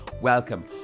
welcome